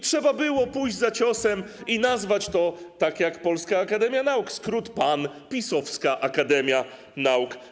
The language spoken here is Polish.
Trzeba było pójść za ciosem i nazwać to tak jak w przypadku Polskiej Akademii Nauk - skrót PAN, Pisowska Akademia Nauk.